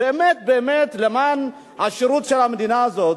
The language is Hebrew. באמת באמת למען השירות של המדינה הזו,